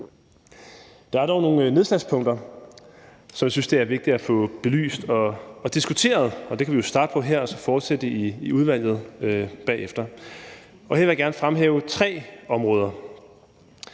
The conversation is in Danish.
Der er dog nogle nedslagspunkter, som jeg synes det er vigtigt at få belyst og diskuteret. Det kan vi jo starte på her og så fortsætte i udvalget bagefter. Her vil jeg gerne fremhæve tre områder.